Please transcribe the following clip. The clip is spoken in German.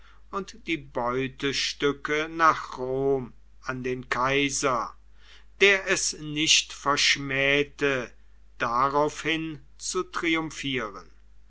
und die beutestücke nach rom an den kaiser der es nicht verschmähte daraufhin zu triumphieren